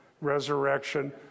resurrection